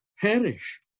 perish